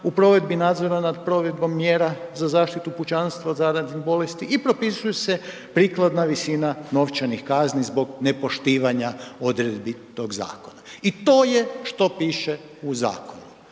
u provedbi nadzora nad provedbom mjera za zaštitu pučanstva od zaraznih bolesti i propisuju se prikladna visina novčanih kazni zbog nepoštivanja odredbi tog zakona. I to je što piše u zakonu.